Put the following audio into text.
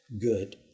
good